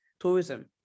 tourism